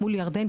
מול ירדן,